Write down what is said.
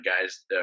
guys